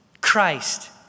Christ